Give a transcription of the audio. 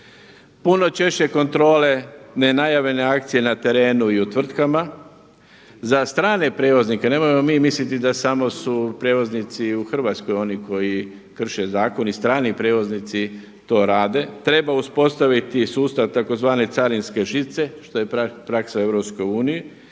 Puno češće kontrole nenajavljene akcije na terenu i u tvrtkama. Za strane prijevoznike, nemojmo mi misliti da samo su prijevoznici u Hrvatskoj oni koji krše zakon, i strani prijevoznici to rade. Treba uspostaviti sustav tzv. carinske žice, što je praksa u EU